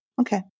okay